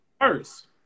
first